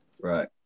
Right